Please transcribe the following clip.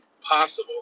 possible